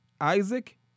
Isaac